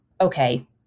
Okay